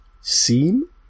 seem